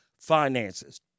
finances